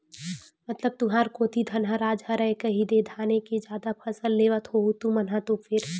मतलब तुंहर कोती धनहा राज हरय कहिदे धाने के जादा फसल लेवत होहू तुमन तो फेर?